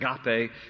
agape